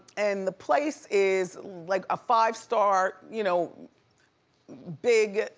and the place is like, a five-star, you know big,